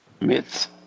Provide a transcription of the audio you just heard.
Myths